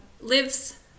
lives